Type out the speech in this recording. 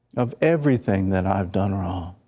of everything that i've done wrong,